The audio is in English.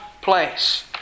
place